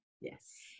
yes